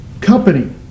company